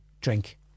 drink